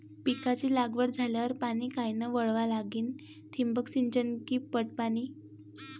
पिकाची लागवड झाल्यावर पाणी कायनं वळवा लागीन? ठिबक सिंचन की पट पाणी?